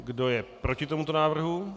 Kdo je proti tomuto návrhu?